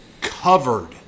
covered